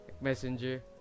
Messenger